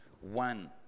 one